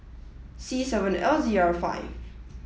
c seven L Z R five